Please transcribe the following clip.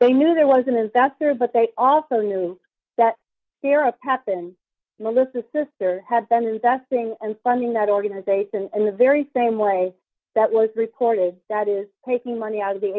they knew there was an investor but they also knew that syrup happen melissa sr had been investing in funding that organization in the very same way that was reported that is taking money out of the